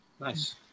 Nice